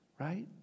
Right